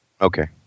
Okay